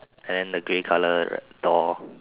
and the grey colour door